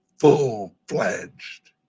full-fledged